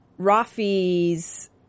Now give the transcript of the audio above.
Rafi's